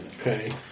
Okay